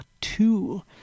two